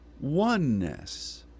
oneness